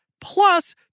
plus